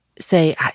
say